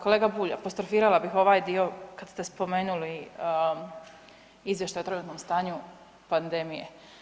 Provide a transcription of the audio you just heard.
Kolega Bulj, apostrofirala bih ovaj dio kad ste spomenuli izvještaj o trenutnom stanju pandemije.